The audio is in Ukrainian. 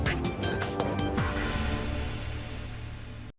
Дякую.